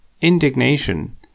Indignation